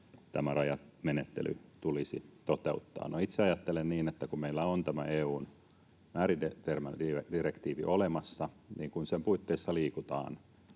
tämä rajamenettely tulisi toteuttaa. No, itse ajattelen niin, että kun meillä on tämä EU:n määritelmädirektiivi olemassa, niin kun sen puitteissa liikutaan,